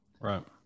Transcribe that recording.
Right